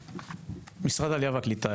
משרד העלייה והקליטה,